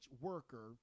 worker